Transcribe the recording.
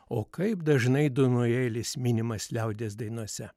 o kaip dažnai dunojėlis minimas liaudies dainose